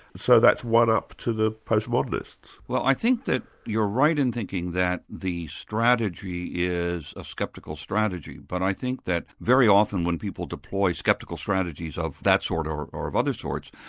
so that's one up to the post modernists. well i think that you're right in thinking that the strategy is a sceptical strategy, but i think that very often when people deploy sceptical strategies of that sort or or of other sorts,